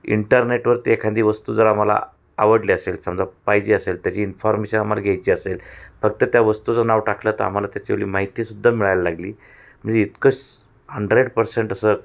इंटरनेटवरती एखादी वस्तू जर आम्हाला आवडली असेल समजा पाहिजे असेल त्याची इन्फॉर्मेशन आम्हाला घ्यायची असेल फक्त त्या वस्तूचं नाव टाकलं तर आम्हाला त्याचीवाली माहितीसुद्धा मिळायला लागली म्हणजे इतकंच हंड्रेड पर्सेंट असं